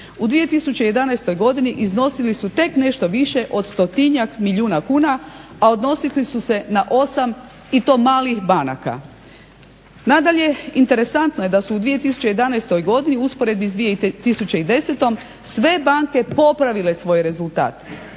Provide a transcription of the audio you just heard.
U 2011. godini iznosili su tek nešto više od stotinjak milijuna kuna, a odnosili su se na 8 i to malih banaka. Nadalje, interesantno je da su u 2011. godini u usporedbi s 2010.sve banke popravile svoj rezultat,